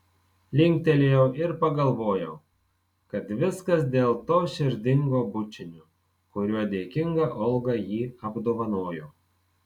linktelėjau ir pagalvojau kad viskas dėl to širdingo bučinio kuriuo dėkinga olga jį apdovanojo